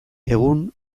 egun